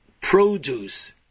produce